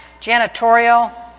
Janitorial